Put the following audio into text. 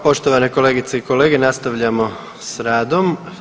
Poštovane kolegice i kolege, nastavljamo s radom.